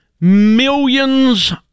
Millions